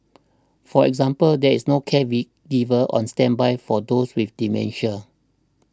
for example there is no caregiver on standby for those with dementia